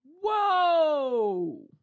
Whoa